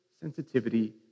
sensitivity